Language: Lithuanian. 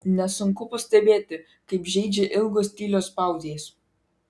nesunku pastebėti kaip žeidžia ilgos tylios pauzės